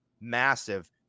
massive